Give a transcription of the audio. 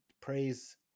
praise